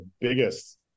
biggest